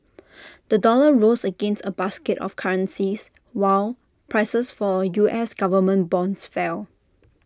the dollar rose against A basket of currencies while prices for U S Government bonds fell